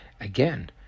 Again